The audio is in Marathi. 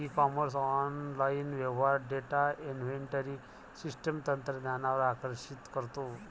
ई कॉमर्स ऑनलाइन व्यवहार डेटा इन्व्हेंटरी सिस्टम तंत्रज्ञानावर आकर्षित करतो